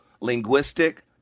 linguistic